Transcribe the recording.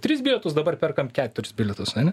tris bilietus dabar perkam keturis bilietus ane